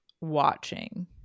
watching